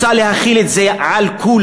והיא רוצה להחיל את זה על כולם,